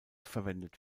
verwendet